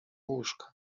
łóżka